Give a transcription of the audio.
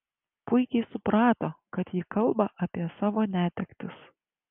puikiai suprato kad ji kalba apie savo netektis